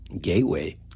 gateway